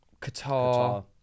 Qatar